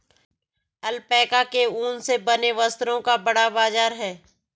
alpaca के ऊन से बने वस्त्रों का बड़ा बाजार है